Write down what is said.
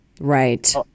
Right